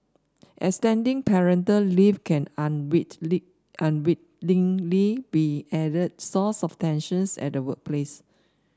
extending parental leave can unwittingly be an added source of tensions at the workplace